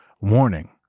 warning